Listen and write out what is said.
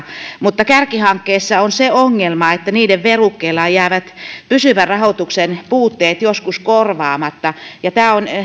mutta kärkihankkeissa on se ongelma että niiden verukkeella jäävät pysyvän rahoituksen puutteet joskus korvaamatta tämä on